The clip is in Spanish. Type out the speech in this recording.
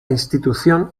institución